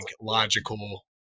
logical